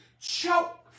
choke